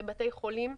בתי חולים,